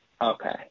Okay